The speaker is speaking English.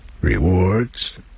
rewards